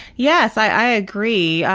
yes, i agree.